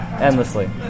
endlessly